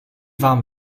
warm